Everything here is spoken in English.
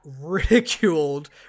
ridiculed